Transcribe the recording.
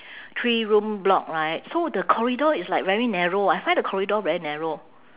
three room block right so the corridor is like very narrow I find the corridor very narrow